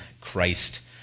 Christ